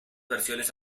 versiones